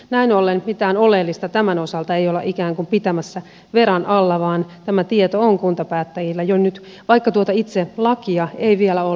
näin ollen mitään oleellista tämän osalta ei olla ikään kuin pitämässä veran alla vaan tämä tieto on kuntapäättäjillä jo nyt vaikka itse lakia ei vielä ole